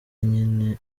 nyine